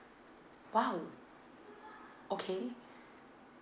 !wow! okay